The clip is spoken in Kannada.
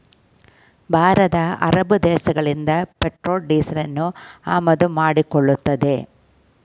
ಭಾರತ ಅರಬ್ ದೇಶಗಳಿಂದ ಪೆಟ್ರೋಲ್ ಡೀಸೆಲನ್ನು ಆಮದು ಮಾಡಿಕೊಳ್ಳುತ್ತದೆ